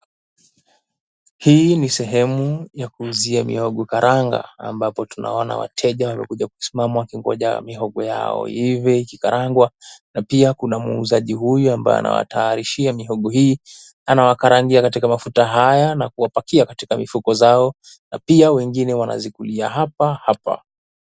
Hii ni sehemu ya kuuzia mihogo karanga ambapo tunaona wateja wamekuja kusimama wakingoja mihogo yao. Hivi ikikarangwa na pia kuna muuzaji huyu ambaye anawataarishia mihogo hii. Anawakarangia katika mafuta haya na kuwapakia katika mifuko zao na pia wengine wanazikulia hapa hapa.